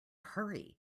hurry